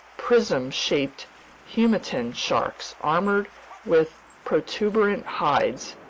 prism-shaped humantin sharks armored with protuberant hides,